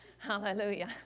Hallelujah